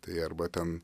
tai arba ten